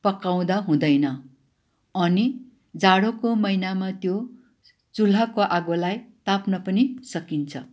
पकाउँदा हुँदैन अनि जाडोको महिनामा त्यो चुल्हाको आगोलाई ताप्न पनि सकिन्छ